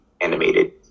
animated